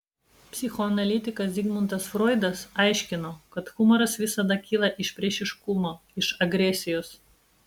psichoanalitikas zigmundas froidas aiškino kad humoras visada kyla iš priešiškumo iš agresijos